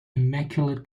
immaculate